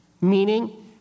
Meaning